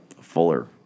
fuller